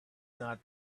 not